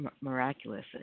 miraculous